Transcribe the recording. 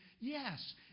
Yes